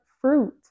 fruit